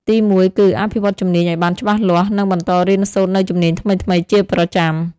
ទីមួយ គឺ អភិវឌ្ឍជំនាញឱ្យបានច្បាស់លាស់ និងបន្តរៀនសូត្រនូវជំនាញថ្មីៗជាប្រចាំ។